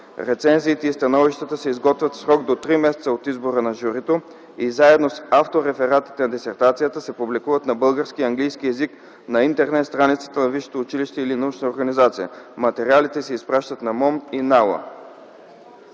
Рецензиите и становищата се изготвят в срок до три месеца от избора на журито и заедно с автореферата на дисертацията се публикуват на български и английски език на интернет страницата на висшето училище или научната организация. Материалите се изпращат на МОМН и НАОА.”